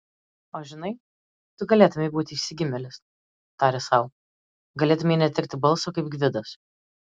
o žinai tu galėtumei būti išsigimėlis tarė sau galėtumei netekti balso kaip gvidas